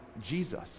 jesus